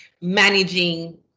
managing